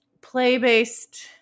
play-based